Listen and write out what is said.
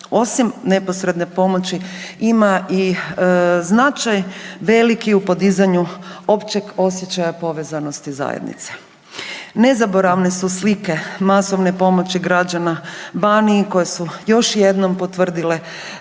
osim neposredne pomoći ima i značaj veliki u podizanju općeg osjećaja povezanosti zajednice. Nezaboravne su slike masovne pomoći građana Baniji koje su još jednom potvrdile razvijeni